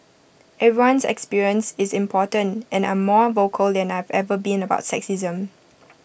everyone's experience is important and I'm more vocal than I've ever been about sexism